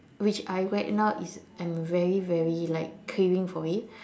which I right now is I'm very very like craving for it